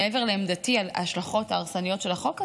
מעבר לעמדתי על ההשלכות ההרסניות של החוק הזה,